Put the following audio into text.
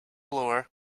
blower